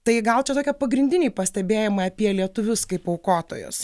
tai gal čia tokie pagrindiniai pastebėjimai apie lietuvius kaip aukotojus